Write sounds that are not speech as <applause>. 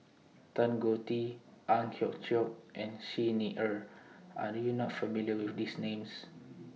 <noise> Tan Choh Tee Ang Hiong Chiok and Xi Ni Er Are YOU not familiar with These Names